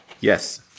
Yes